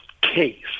case